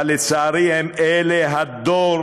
אבל, לצערי, אלה הם דור